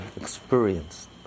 experienced